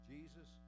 Jesus